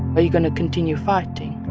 but you going to continue fighting?